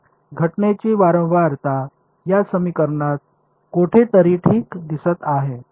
तर घटनेची वारंवारता या समीकरणात कुठेतरी ठीक दिसत आहे